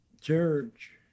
church